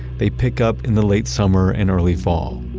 they pick up in the late summer and early fall,